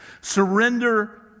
surrender